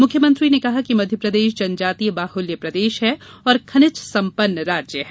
मुख्यमंत्री ने कहा कि मध्यप्रदेश जनजातीय बाहुल्य प्रदेश है और खनीज संपन्न राज्य है